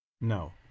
No